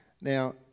now